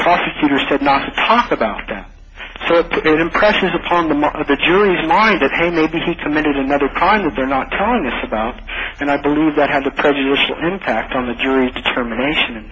prosecutor said not to talk about that so the impressions upon them out of the jury's mind that hey maybe she committed another kind of they're not telling us about and i believe that has a prejudicial impact on the jury's determination